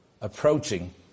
approaching